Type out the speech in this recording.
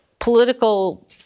Political